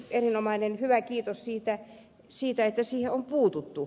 ja erinomaista kiitos siitä että siihen on puututtu